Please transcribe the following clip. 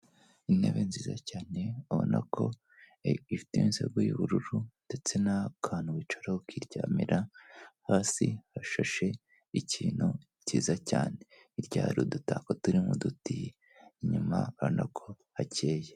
Intebe nziza cyane ubona ko ifite insego y'ubururu ndetse n'akantu wicara ukiryamira, hasi hashashe ikintu kiza cyane, hirya hari udutako turimo uduti, inyuma urabona ko hakeye.